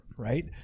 right